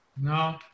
No